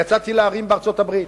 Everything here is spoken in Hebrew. יצאתי לערים בארצות-הברית,